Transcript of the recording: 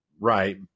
Right